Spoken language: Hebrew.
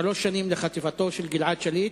הצעה לסדר-היום מס' 786: שלוש שנים לחטיפת גלעד שליט,